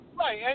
Right